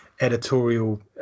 editorial